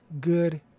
good